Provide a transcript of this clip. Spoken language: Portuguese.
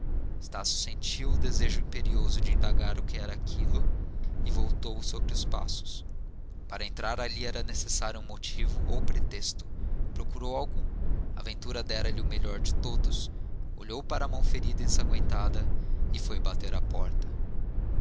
cabeça estácio sentiu o desejo imperioso de indagar o que aquilo era e voltou sobre seus passos para entrar ali era necessário um motivo ou pretexto procurou algum a aventura dera-lhe o melhor de todos olhou para a mão ferida e ensangüentada e foi bater à porta